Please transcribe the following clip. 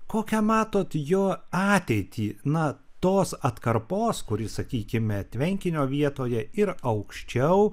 kokią matot jo ateitį na tos atkarpos kuri sakykime tvenkinio vietoje ir aukščiau